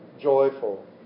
joyful